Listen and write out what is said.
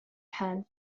حال